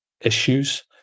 issues